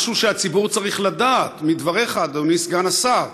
משהו שהציבור צריך לדעת מדבריך, אדוני סגן השר: